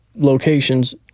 locations